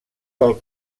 del